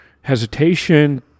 hesitation